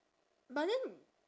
but then